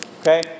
Okay